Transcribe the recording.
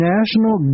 National